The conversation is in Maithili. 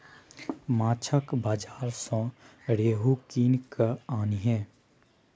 माछक बाजार सँ रोहू कीन कय आनिहे